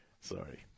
Sorry